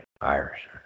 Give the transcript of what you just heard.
Irish